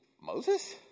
Moses